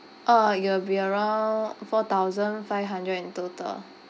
orh it will be around four thousand five hundred in total